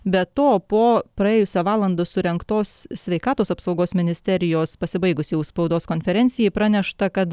be to po praėjusią valandą surengtos sveikatos apsaugos ministerijos pasibaigus jau spaudos konferencijai pranešta kad